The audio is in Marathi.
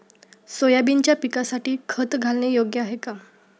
सोयाबीनच्या पिकासाठी खत घालणे योग्य आहे का?